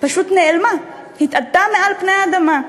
פשוט נעלמה, התאדתה מעל פני האדמה,